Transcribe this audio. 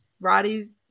Roddy's